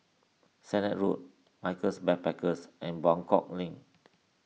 Sennett Road Michaels Backpackers and Buangkok Link